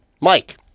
Mike